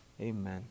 Amen